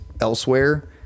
elsewhere